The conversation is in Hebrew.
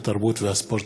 התרבות והספורט.